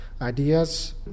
ideas